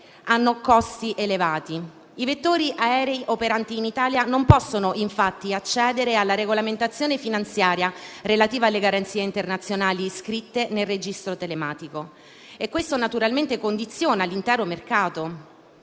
hanno costi elevati; i vettori aerei operanti in Italia non possono infatti accedere alla regolamentazione finanziaria relativa alle garanzie internazionali iscritte nel registro telematico e naturalmente ciò condiziona l'intero mercato.